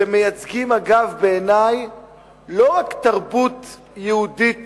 שאגב מייצגים בעיני לא רק תרבות יהודית